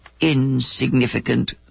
insignificant